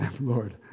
Lord